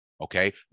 okay